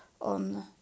on